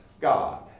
God